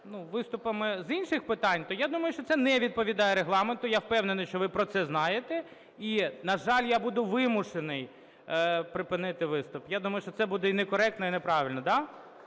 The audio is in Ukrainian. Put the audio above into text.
виступами з інших питань, то я думаю, що це не відповідає Регламенту, я впевнений, що ви про це знаєте, і, на жаль, я буду вимушений припинити виступ. Я думаю, що це буде і некоректно, і неправильно.